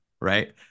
right